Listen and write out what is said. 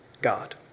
god